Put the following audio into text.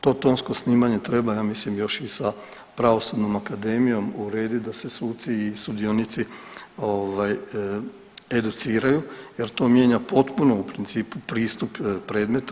To tonsko snimanje treba ja mislim još i sa Pravosudnom akademijom urediti da se suci i sudionici ovaj, educiraju jer to mijenja potpuno u principu pristup predmetu.